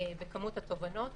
בכמות התובענות.